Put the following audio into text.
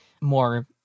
more